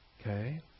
Okay